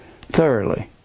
thoroughly